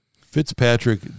Fitzpatrick